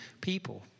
people